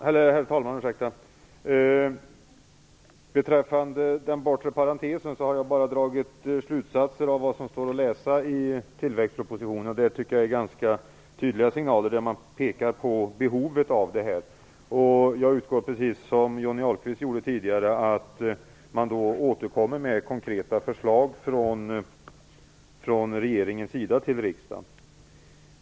Herr talman! Beträffande den bortre parentesen har jag bara dragit slutsatser av vad som står att läsa i tillväxtpropositionen, där man pekar på behovet av det här. Det tycker jag är ganska tydliga signaler. Precis som Johnny Ahlqvist gjorde tidigare utgår jag från att regeringen återkommer med konkreta förslag till riksdagen.